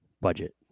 Budget